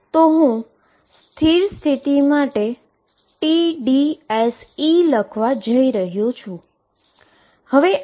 તો હું stationery state માટે TDSE લખવા જઇ રહ્યો છું